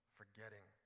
forgetting